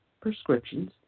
prescriptions